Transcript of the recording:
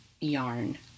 yarn